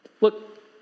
Look